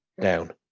down